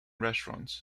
restaurants